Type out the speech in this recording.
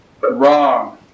Wrong